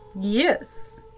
Yes